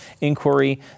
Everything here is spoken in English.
inquiry